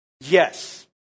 Yes